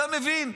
אתה מבין?